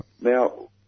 Now